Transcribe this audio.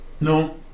No